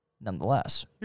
nonetheless